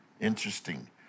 Interesting